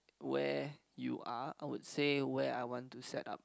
where you are I would say where I want to set up